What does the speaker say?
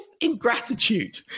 ingratitude